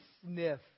sniff